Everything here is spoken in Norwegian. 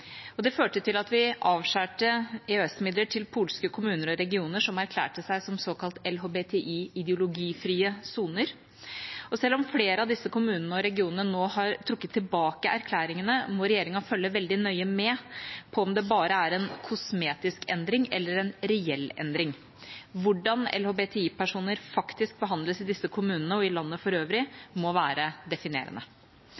og det førte til at vi avskar EØS-midler til polske kommuner og regioner som erklærte seg som såkalte LHBTI-ideologifrie soner. Og selv om flere av disse kommunene og regionene nå har trukket tilbake erklæringene, må regjeringa følge veldig nøye med på om det bare er en kosmetisk endring eller en reell endring. Hvordan LHBTI-personer faktisk behandles i disse kommunene og i landet for øvrig,